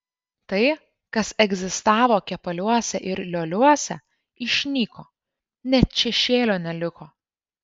tai kas egzistavo kepaliuose ir lioliuose išnyko net šešėlio neliko